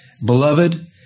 Beloved